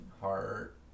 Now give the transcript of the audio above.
heart